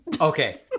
Okay